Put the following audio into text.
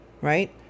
Right